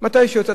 מתי שיוצא.